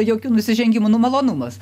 jokių nusižengimų nu malonumas